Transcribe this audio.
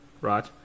right